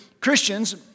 Christians